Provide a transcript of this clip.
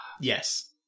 Yes